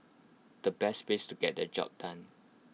the best place to get the job done